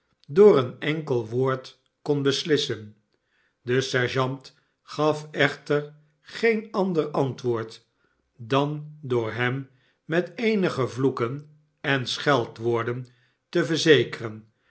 door een enkel woord kon beslissen de sergeant gaft echter geen ander antwoord dan door hem met eenige vloeken em scheldwoorden te verzekeren